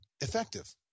effective